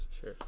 Sure